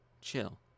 chill